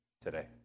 today